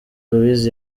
luiz